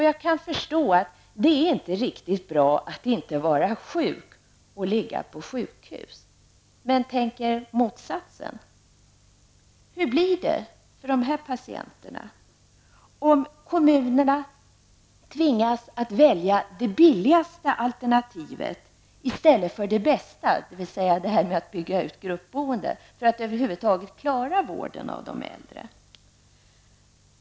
Jag kan förstå att det inte är riktigt bra att inte vara sjuk och ligga på sjukhus, men tänk er motsatsen. Hur blir det för de här patienterna om kommunerna tvingas att välja det billigaste alternativet i stället för det bästa, dvs. gruppboendet, för att över huvud taget klara vården av de äldre?